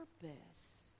purpose